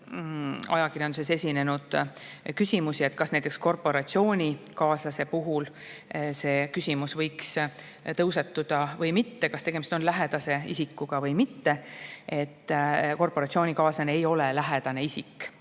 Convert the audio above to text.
ajakirjanduses esinenud küsimusi, kas näiteks korporatsioonikaaslase puhul võiks tõusetuda küsimus, kas tegemist on lähedase isikuga või mitte. Korporatsioonikaaslane ei ole lähedane isik,